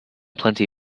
plenty